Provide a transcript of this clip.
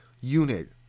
unit